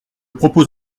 propose